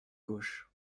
gauche